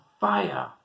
fire